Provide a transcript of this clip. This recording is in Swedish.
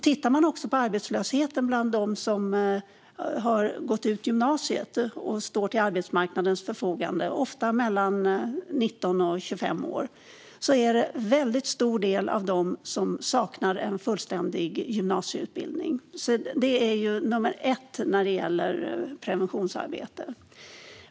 Tittar man på arbetslösheten bland dem, ofta mellan 19 och 25 år, som har gått ut gymnasiet och står till arbetsmarknadens förfogande ser man att en väldigt stor del av de arbetslösa saknar en fullständig gymnasieutbildning. Detta är nummer ett när det gäller preventionsarbetet.